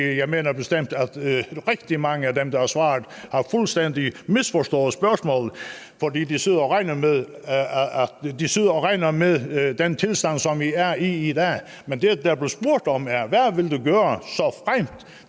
jeg mener bestemt, at rigtig mange af dem, der har svaret, fuldstændig har misforstået spørgsmålet. For de regner med den tilstand, som vi er i i dag, men det, der blev spurgt om, var: Hvad vil du gøre, såfremt